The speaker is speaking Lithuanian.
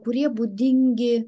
kurie būdingi